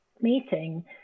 meeting